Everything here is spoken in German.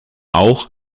auch